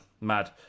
Mad